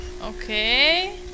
Okay